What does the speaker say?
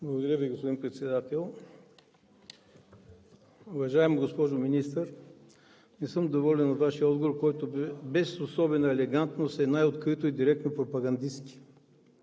Благодаря Ви, господин Председател. Уважаема госпожо Министър, не съм доволен от Вашия отговор, който, без особена елегантност, е най-открито и директно пропагандистки.